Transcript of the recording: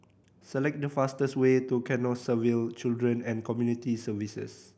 select the fastest way to Canossaville Children and Community Services